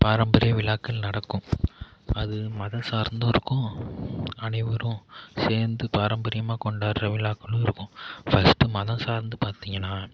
பாரம்பரிய விழாக்கள் நடக்கும் அது மதம் சார்ந்தும் இருக்கும் அனைவரும் சேர்ந்து பாரம்பரியமாக கொண்டாடுகிற விழாக்களும் இருக்கும் ஃபர்ஸ்ட்டு மதம் சார்ந்து பார்த்திங்கன்னா